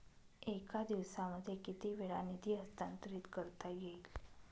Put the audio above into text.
एका दिवसामध्ये किती वेळा निधी हस्तांतरीत करता येईल?